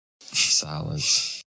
silence